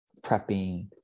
prepping